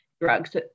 drugs